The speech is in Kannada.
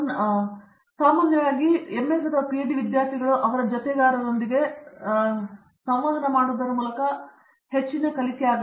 ಈ ಸಮಯದಲ್ಲಿ ನಾವು ಸಾಮಾನ್ಯವಾಗಿ ಮಾತನಾಡುವ ವಿಷಯವೆಂದರೆ MS ಅಥವಾ PhD ವಿದ್ಯಾರ್ಥಿಗಳು ಅವರ ಜೊತೆಗಾರರೊಂದಿಗೆ ಸಂವಹನ ಮಾಡುವ ಮೂಲಕ ಅವರು ಮಾಡುವ ಹೆಚ್ಚಿನ ಕಲಿಕೆಯಾಗಿದೆ